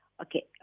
Okay